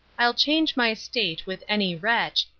i'll change my state with any wretch,